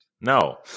No